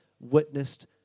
witnessed